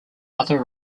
other